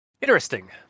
interesting